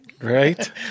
Right